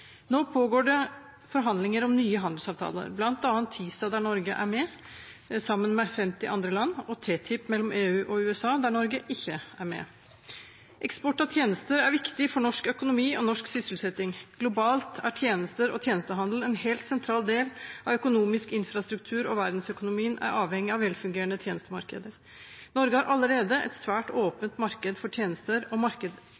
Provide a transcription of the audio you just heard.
Nå pågår det forhandlinger om nye handelsavtaler, bl.a. TISA, der Norge er med sammen med 50 andre land, og TTIP, mellom EU og USA, der Norge ikke er med. Eksport av tjenester er viktig for norsk økonomi og norsk sysselsetting. Globalt er tjenester og tjenestehandel en helt sentral del av økonomisk infrastruktur, og verdensøkonomien er avhengig av velfungerende tjenestemarkeder. Norge har allerede et svært åpent marked for tjenester, og